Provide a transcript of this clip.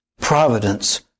providence